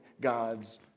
God's